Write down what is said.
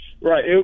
Right